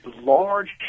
large